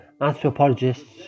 anthropologists